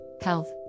health